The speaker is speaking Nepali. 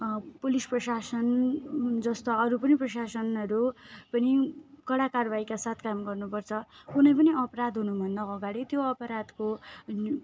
पुलिस प्रशासन जस्तो अरू पनि प्रशासनहरू पनि कडा कारवाहीका साथ काम गर्नुपर्छ कुनै पनि अपराध हुनुभन्दा अगाडि त्यो अपराधको